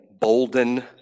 Bolden